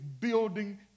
building